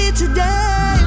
today